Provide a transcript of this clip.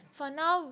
for now